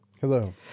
Hello